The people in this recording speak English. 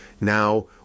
now